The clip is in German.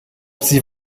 sie